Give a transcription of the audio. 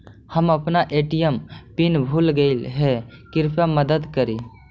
हम अपन ATM pin भूल गईली हे, कृपया मदद करी